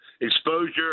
exposure